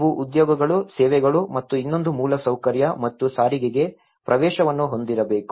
ನೀವು ಉದ್ಯೋಗಗಳು ಸೇವೆಗಳು ಮತ್ತು ಇನ್ನೊಂದು ಮೂಲಸೌಕರ್ಯ ಮತ್ತು ಸಾರಿಗೆಗೆ ಪ್ರವೇಶವನ್ನು ಹೊಂದಿರಬೇಕು